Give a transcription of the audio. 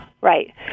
Right